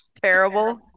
terrible